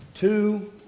Two